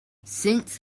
since